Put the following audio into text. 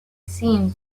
seems